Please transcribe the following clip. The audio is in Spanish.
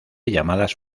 llamadas